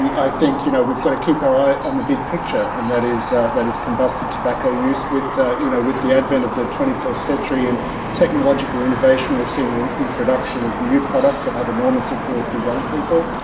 um i think you know we've got to keep our eye on the big picture. and that is that is combusted tobacco use. with the you know with the advent of the twenty first century and technological innovation, we've seen the introduction of new products that have enormous appeal for young people,